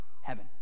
Heaven